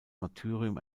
martyrium